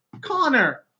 Connor